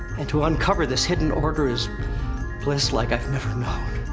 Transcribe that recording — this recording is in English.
and to uncover this hidden order is bliss like i've never known.